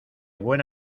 buena